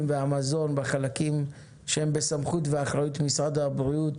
והמזון בחלקים שהם בסמכות ואחריות משרד הבריאות